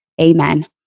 amen